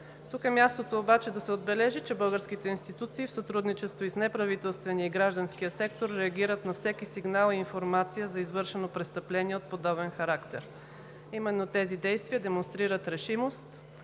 Тук е мястото да се отбележи, че българските институции, в сътрудничество и с неправителствения, и с гражданския сектор, реагират на всеки сигнал и информация за извършено престъпление от подобен характер. Именно тези действия демонстрират решимост